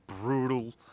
brutal